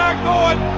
god